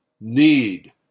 need